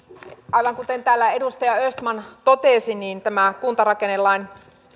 aivan kuten täällä edustaja östman totesi tämä kuntarakennelain